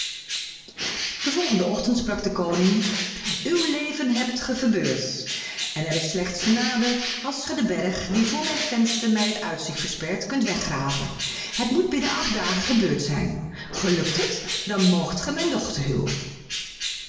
den volgenden ochtend sprak de koning uw leven hebt ge verbeurd en er is slechts genade als ge den berg die voor mijn venster mij het uitzicht verspert kunt weggraven het moet binnen acht dagen gebeurd zijn gelukt het dan moogt ge mijn dochter huwen